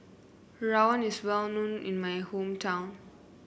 rawon is well known in my hometown